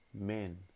Men